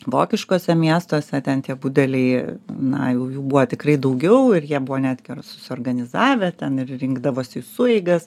vokiškuose miestuose ten tie budeliai na jau jų buvo tikrai daugiau ir jie buvo net susiorganizavę ten ir rinkdavosi į sueigas